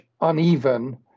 uneven